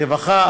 הרווחה,